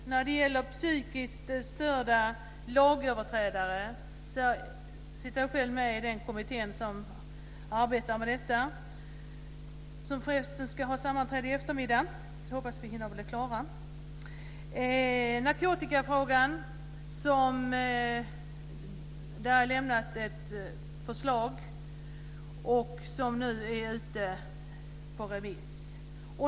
Jag sitter själv med i den kommitté som arbetar med frågan om psykiskt störda lagöverträdare. Vi ska förresten ha sammanträde i eftermiddag, så jag hoppas vi hinner bli klara. I narkotikafrågan har ett förslag lämnats, som nu är ute på remiss.